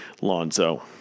Lonzo